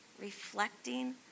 reflecting